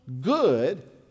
good